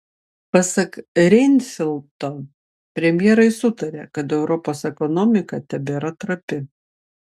pasak reinfeldto premjerai sutarė kad europos ekonomika tebėra trapi